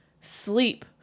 sleep